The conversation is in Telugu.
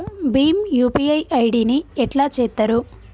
భీమ్ యూ.పీ.ఐ ఐ.డి ని ఎట్లా చేత్తరు?